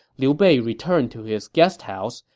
liu bei returned to his guest house,